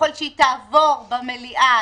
ככל שהיא תעבור במליאה,